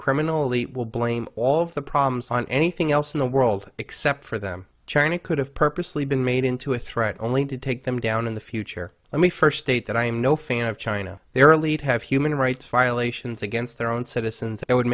criminally will blame all of the problems on anything else in the world except for them china could have purposely been made into a threat only to take them down in the future let me first state that i am no fan of china their lead have human rights violations against their own citizens it would